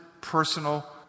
personal